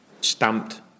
stamped